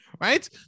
Right